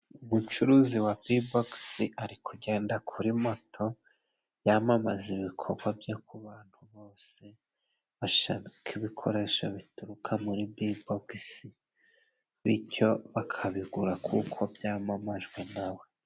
Umucuruzi wa bibogisi ari kugenda kuri moto yamamaza ibikorwa bye ku bantu bose bashaka ibikoresho bituruka muri bibogisi, bityo bakabigura kuko byamamajwe na we.